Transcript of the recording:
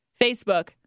Facebook